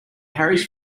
carries